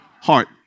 heart